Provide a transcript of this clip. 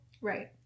Right